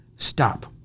Stop